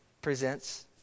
presents